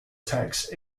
text